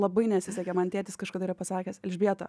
labai nesisekė man tėtis kažkada yra pasakęs elžbieta